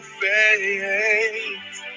face